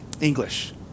English